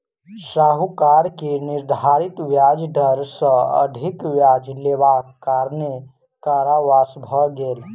साहूकार के निर्धारित ब्याज दर सॅ अधिक ब्याज लेबाक कारणेँ कारावास भ गेल